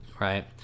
right